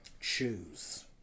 Choose